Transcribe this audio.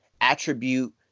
attribute